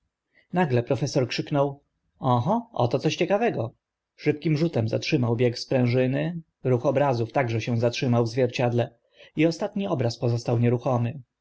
profesor krzyknął oho oto coś ciekawego szybkim rzutem zatrzymał bieg sprężyny ruch obrazów także się zatrzymał w zwierciedle i ostatni obraz pozostał nieruchomy